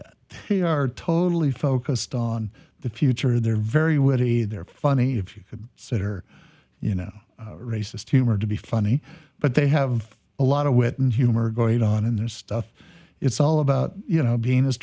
that they are totally focused on the future they're very wary they're funny if you sit or you know racist humor to be funny but they have a lot of wit and humor going on in their stuff it's all about you know being as